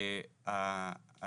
אני